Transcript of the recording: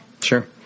Sure